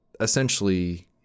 essentially